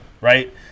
right